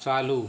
चालू